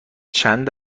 چند